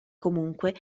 comunque